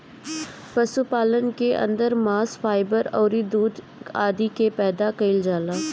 पशुपालन के अंदर मांस, फाइबर अउरी दूध आदि के पैदा कईल जाला